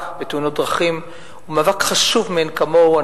בתאונות הדרכים הוא מאבק חשוב מאין כמוהו.